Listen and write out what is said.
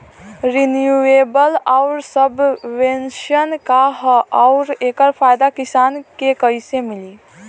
Renewable आउर subvention का ह आउर एकर फायदा किसान के कइसे मिली?